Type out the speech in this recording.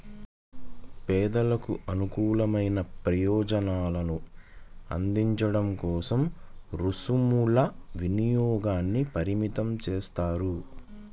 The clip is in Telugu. పేదలకు అనుకూలమైన ప్రయోజనాలను అందించడం కోసం రుసుముల వినియోగాన్ని పరిమితం చేస్తారు